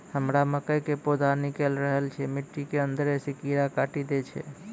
हमरा मकई के पौधा निकैल रहल छै मिट्टी के अंदरे से कीड़ा काटी दै छै?